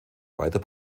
weiter